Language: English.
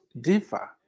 differ